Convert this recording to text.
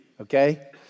okay